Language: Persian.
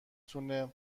تونه